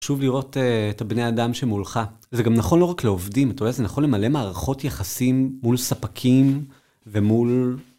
שוב לראות את בני האדם שמולך. זה גם נכון לא רק לעובדים, אתה יודע, זה נכון למלא מערכות יחסים מול ספקים ומול...